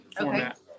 format